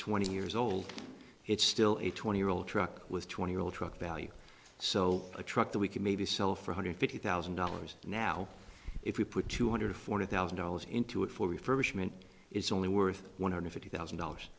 twenty years old it's still a twenty year old truck with twenty year old truck value so a truck that we could maybe sell four hundred fifty thousand dollars now if we put two hundred forty thousand dollars into it for refurbishment it's only worth one hundred fifty thousand dollars